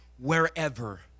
wherever